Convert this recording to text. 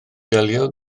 delio